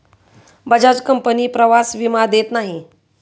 Bajaj company प्रवास विमा देत नाही